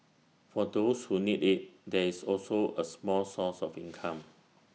for those who need IT there's also A small source of income